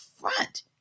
front